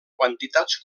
quantitats